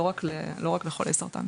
לא רק לחולי סרטן.